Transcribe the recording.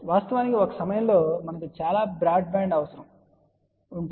వాస్తవానికి ఒక సమయంలో మనకు చాలా బ్రాడ్బ్యాండ్ అవసరం ఉంది